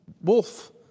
wolf